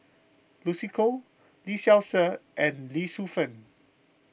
Lucy Koh Lee Seow Ser and Lee Shu Fen